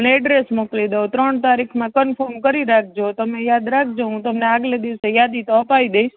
અને એડ્રેસ મોકલી દઉં ત્રણ તારીખમાં કનફોર્મ કરી રાખજો તમે યાદ રાખજો હું તમને આગલે દિવસે યાદી તો અપાવી દઇશ